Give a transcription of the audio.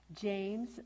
james